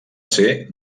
ser